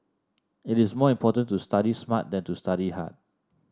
it is more important to study smart than to study hard